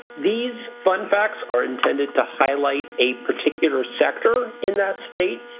these fun facts are intended to highlight a particular sector in that state.